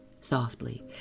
softly